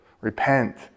repent